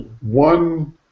one